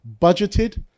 budgeted